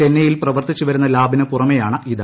ചെന്നൈയിൽ പ്രവർത്തിച്ചു വരുന്ന ലാബിനു പുറമേയാണിത്